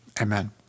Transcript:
amen